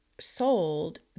sold